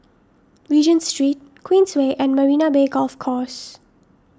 Regent Street Queensway and Marina Bay Golf Course